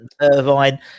irvine